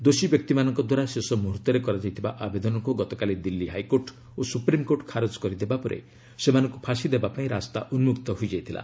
ଦୋଷୀବ୍ୟକ୍ତିମାନଙ୍କ ଦ୍ୱାରା ଶେଷ ମ୍ବହର୍ତ୍ତରେ କରାଯାଇଥିବା ଆବେଦନକୁ ଗତକାଲି ଦିଲ୍ଲୀ ହାଇକୋର୍ଟ ଓ ସ୍ରପ୍ରିମ୍କୋର୍ଟ ଖାରଜ କରିଦେବା ପରେ ସେମାନଙ୍କୁ ଫାଶୀ ଦେବାପାଇଁ ରାସ୍ତା ଉନ୍କକ୍ତ ହୋଇଯାଇଥିଲା